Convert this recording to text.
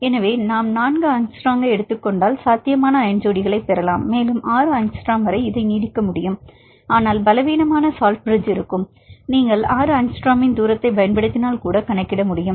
எனவே நாம் நான்கு ஆங்ஸ்ட்ரோமை எடுத்துக் கொண்டால் சாத்தியமான அயனி ஜோடிகளைப் பெறலாம் மேலும் 6 ஆங்ஸ்ட்ரோம் வரை நீட்டிக்க முடியும் ஆனால் பலவீனமான சால்ட் பிரிட்ஜ் இருக்கும் நீங்கள் 6 ஆங்ஸ்ட்ரோமின் தூரத்தைப் பயன்படுத்தினால் கூட நீங்கள் கணக்கிட முடியும்